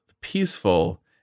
peaceful